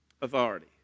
authority